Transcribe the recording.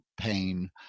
pain